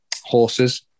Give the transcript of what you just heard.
horses